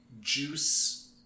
juice